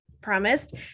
promised